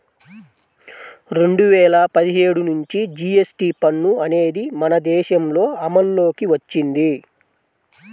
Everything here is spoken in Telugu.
రెండు వేల పదిహేడు నుంచి జీఎస్టీ పన్ను అనేది మన దేశంలో అమల్లోకి వచ్చింది